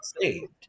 saved